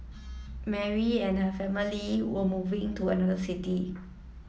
Mary and her family were moving to another city